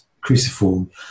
cruciform